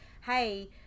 hey